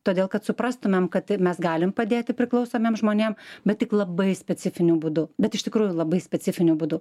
todėl kad suprastumėm kad mes galime padėti priklausomiems žmonėms bet tik labai specifiniu būdu bet iš tikrųjų labai specifiniu būdu